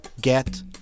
get